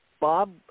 Bob